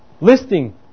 Listing